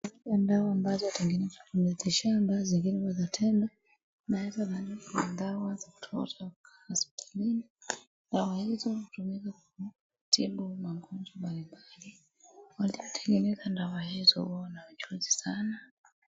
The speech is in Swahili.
Aina za dawa ambazo ni miti shamba zingine za tembe na hizo madawa hupatikana hospitalini , dawa hizo hutibu magonjwa mbalimbali wanaotengeneza dawa hizo wana ujuzi sana